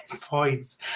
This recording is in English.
points